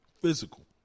physical